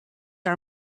are